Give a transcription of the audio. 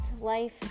life